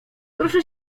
proszę